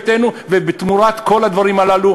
ותמורת כל הדברים הללו,